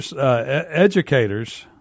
educators